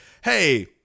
Hey